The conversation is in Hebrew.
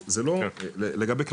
אז זה לא לגבי כלבים.